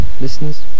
listeners